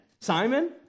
Simon